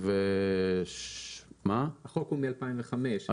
החוק הוא מ-2005.